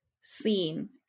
seen